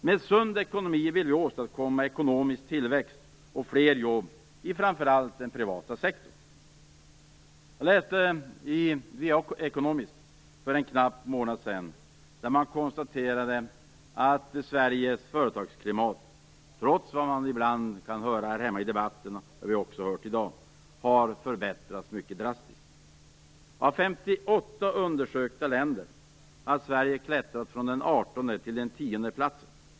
Med en sund ekonomi vill vi åstadkomma ekonomisk tillväxt och fler jobb i framför allt den privata sektorn. Jag läste för en knapp månad sedan The Economist, där man konstaterade att Sveriges företagsklimat, trots vad man ibland kan höra här hemma i debatten och vad vi även har hört här i dag, har förbättrats mycket kraftigt. Av 58 undersökta länder har Sverige klättrat från den artonde till den tionde platsen.